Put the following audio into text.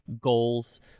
goals